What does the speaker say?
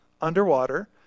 underwater